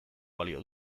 balio